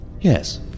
Yes